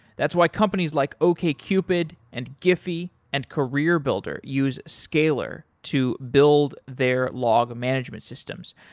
that's why companies like okcupid and giffy and careerbuilder use scalyr to build their log management systems.